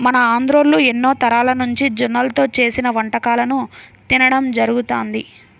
మన ఆంధ్రోల్లు ఎన్నో తరాలనుంచి జొన్నల్తో చేసిన వంటకాలను తినడం జరుగతంది